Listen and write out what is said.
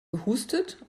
gehustet